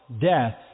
death